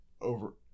over